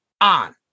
on